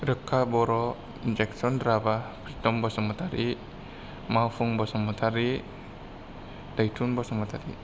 रोक्खा बर' जेकसोन राभा प्रितम बसुमातारि मावफुं बसुमातारि दैथुन बसुमातारि